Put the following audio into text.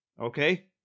okay